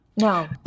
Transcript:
No